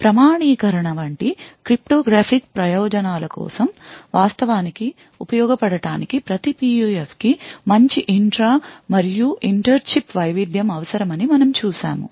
ప్రామాణీకరణ వంటి క్రిప్టోగ్రాఫిక్ ప్రయోజనాల కోసం వాస్తవానికి ఉపయోగపడటానికి ప్రతి PUF కి మంచి ఇంట్రా మరియు ఇంటర్ చిప్ వైవిధ్యం అవసరమని మనము చూశాము